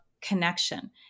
connection